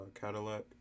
Cadillac